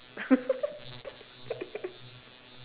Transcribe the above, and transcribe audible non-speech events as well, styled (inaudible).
(laughs)